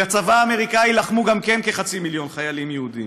בצבא האמריקני לחמו גם כן כחצי מיליון חיילים יהודים,